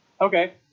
Okay